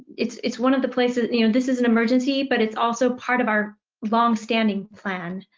it's it's one of the places and you know this is an emergency, but it's also part of our longstanding plan,